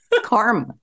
Karma